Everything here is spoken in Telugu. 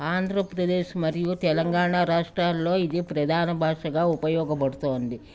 ఆంధ్రప్రదేశ్ మరియు తెలంగాణ రాష్ట్రాల్లో ఇది ప్రధాన భాషగా ఉపయోగపడుతోంది